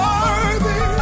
Worthy